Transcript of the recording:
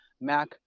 Mac